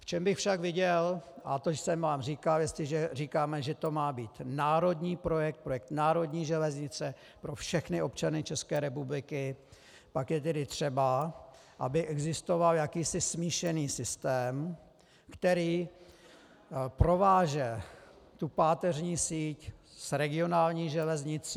V čem bych však viděl, a to jsem vám říkal, jestliže říkáme, že to má být národní projekt, projekt národní železnice pro všechny občany České republiky, pak je tedy třeba, aby existoval jakýsi smíšený systém, který prováže tu páteřní síť s regionální železnicí.